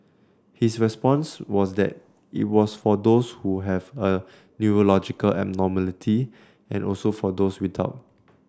his response was that it was for those who have a neurological abnormality and also for those without